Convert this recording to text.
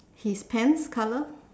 his pants colour